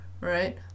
right